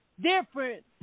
Different